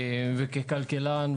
וככלכלן,